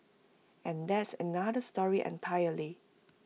and that's another story entirely